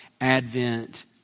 Advent